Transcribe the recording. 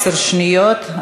עשר שניות,